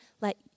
let